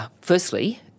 firstly